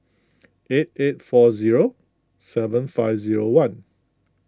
eight eight four zero seven five zero one